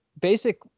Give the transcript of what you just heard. basic